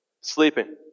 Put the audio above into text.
Sleeping